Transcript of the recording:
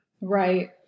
right